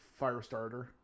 Firestarter